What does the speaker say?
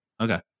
Okay